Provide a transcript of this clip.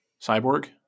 Cyborg